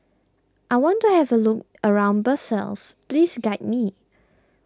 I want to have a look around Brussels please guide me